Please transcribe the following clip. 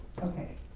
Okay